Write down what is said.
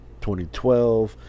2012